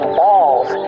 balls